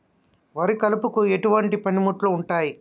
వరి కలుపుకు ఎటువంటి పనిముట్లు ఉంటాయి?